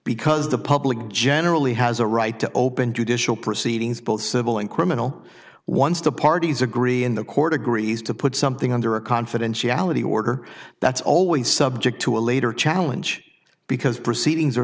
because the public generally has a right to open judicial proceedings both civil and criminal once the parties agree in the court agrees to put something under a confidentiality order that's always subject to a later challenge because proceedings are